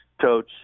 coach